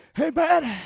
Amen